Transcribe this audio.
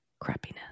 crappiness